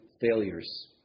failures